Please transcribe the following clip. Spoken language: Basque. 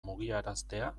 mugiaraztea